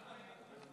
(קוראת בשמות חברי הכנסת)